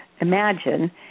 imagine